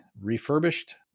refurbished